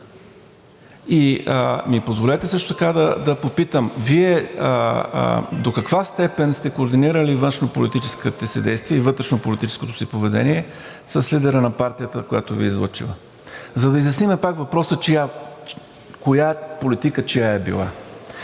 Позволете ми също така да попитам: Вие до каква степен сте координирали външнополитическите си действия и вътрешнополитическото си поведение с лидера на партията, която Ви е излъчила, за да изясним пак въпроса коя политика чия е била?